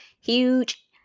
Huge